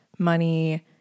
money